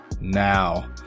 now